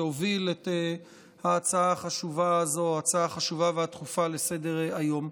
שהוביל את ההצעה החשובה והדחופה הזאת לסדר-היום.